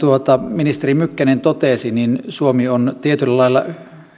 ministeri mykkänen totesi suomi on tietyllä lailla